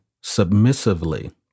submissively